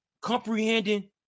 comprehending